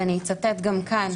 ואני אצטט גם כאן,